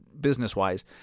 business-wise